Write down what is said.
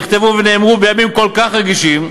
שנכתבו ונאמרו בימים כל כך רגישים,